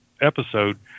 episode